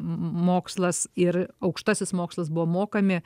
mokslas ir aukštasis mokslas buvo mokami